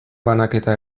banaketa